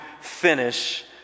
finish